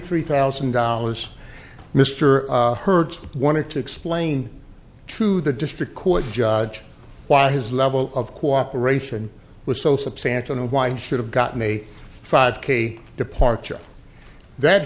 three thousand dollars mr hurd wanted to explain to the district court judge why his level of cooperation was so substantial and why it should have gotten a five k departure that